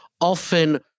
Often